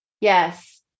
Yes